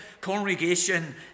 congregation